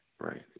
right